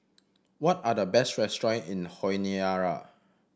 what are the best restaurant in Honiara